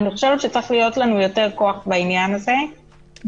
אני חושבת שצריך להיות לנו יותר כוח בעניין הזה ושמראש